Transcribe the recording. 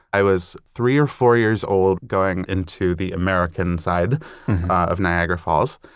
i was three or four years old going into the american side of niagara falls,